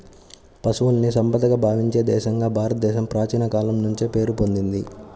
పశువుల్ని సంపదగా భావించే దేశంగా భారతదేశం ప్రాచీన కాలం నుంచే పేరు పొందింది